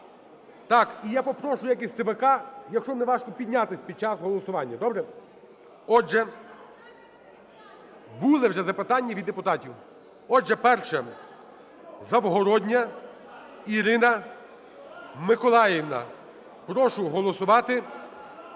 Так. І я попрошу, як і з ЦВК, якщо не важко, піднятись під час голосування. Добре? Отже, були вже запитання від депутатів. Отже, перше – Завгородня Ірина Миколаївна. Прошу голосувати. Завгородня Ірина Миколаївна.